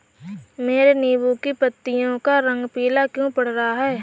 मेरे नींबू की पत्तियों का रंग पीला क्यो पड़ रहा है?